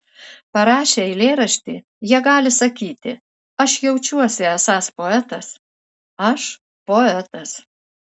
parašę eilėraštį jie gali sakyti aš jaučiuosi esąs poetas aš poetas